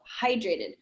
hydrated